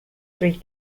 three